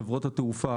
חברות התעופה,